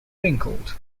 wrinkled